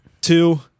Two